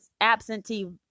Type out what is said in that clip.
absentee